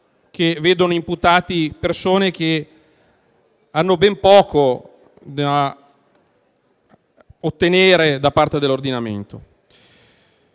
che vedono imputate persone che hanno ben poco da ottenere da parte dell'ordinamento.